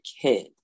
kid